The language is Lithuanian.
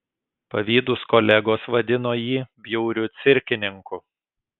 pavydūs kolegos vadino jį bjauriu cirkininku